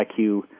IQ